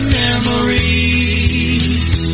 memories